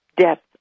depth